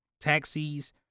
taxis